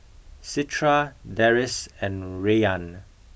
Citra Deris and Rayyan